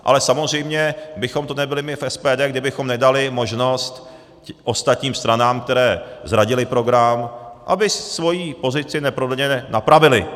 Ale samozřejmě bychom to nebyli my v SPD, kdybychom nedali možnost ostatním stranám, které zradily svůj program, aby svoji pozici neprodleně napravily.